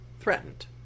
threatened